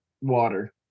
water